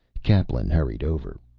kaplan hurried over.